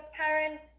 parent